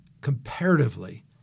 comparatively